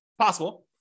possible